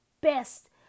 best